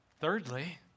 Thirdly